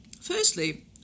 Firstly